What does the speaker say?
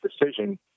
decision